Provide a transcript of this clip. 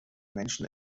menschen